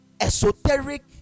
esoteric